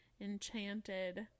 enchanted